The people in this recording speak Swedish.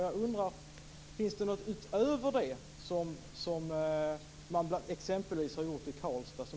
Jag undrar om det finns någonting utöver det som man exempelvis har gjort i Karlstad som